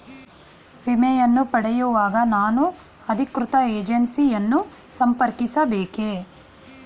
ವಿಮೆಯನ್ನು ಪಡೆಯುವಾಗ ನಾನು ಅಧಿಕೃತ ಏಜೆನ್ಸಿ ಯನ್ನು ಸಂಪರ್ಕಿಸ ಬೇಕೇ?